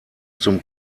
zum